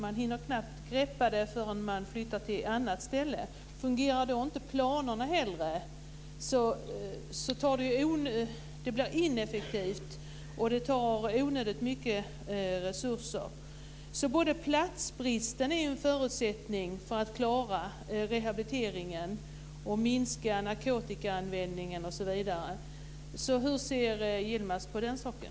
Man hinner knappt greppa det hela förrän man flyttar till ett annat ställe. Fungerar då inte planerna heller blir det ineffektivt och tar onödigt mycket resurser. En förutsättning för att man ska klara rehabiliteringen och minska narkotikaanvändningen osv. är att man kommer till rätta med platsbristen. Hur ser Yilmaz Kerimo på den saken?